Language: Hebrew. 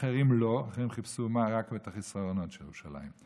אחרים לא, אחרים חיפשו רק את החסרונות של ירושלים.